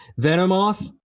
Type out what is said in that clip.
Venomoth